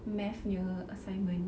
math punya assignment